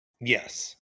Yes